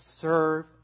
serve